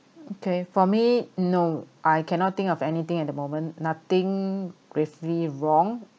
okay for me no I cannot think of anything at the moment nothing gravely wrong and